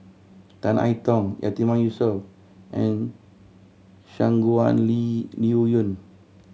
Tan I Tong Yatiman Yusof and Shangguan Lee Liuyun